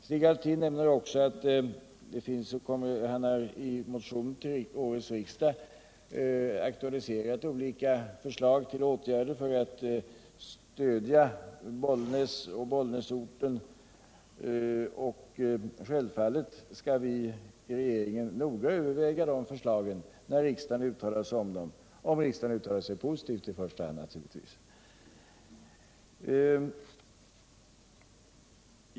Stig Alftin nämner att han i en motion till årets riksdag aktualiserat olika förslag till åtgärder för att stödja Bollnäs. Självfallet skall regeringen noga överväga de förslagen när riksdagen har uttalat sig om dem — i första hand naturligtvis om riksdagen uttalar sig positivt.